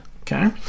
okay